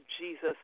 Jesus